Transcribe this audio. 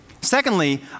Secondly